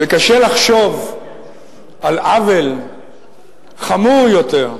וקשה לחשוב על עוול חמור יותר,